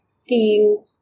skiing